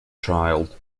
child